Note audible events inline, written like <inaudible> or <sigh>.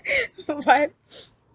<laughs> what <noise>